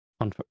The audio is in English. on